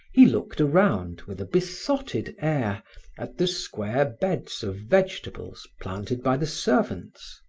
he looked around with a besotted air at the square beds of vegetables planted by the servants.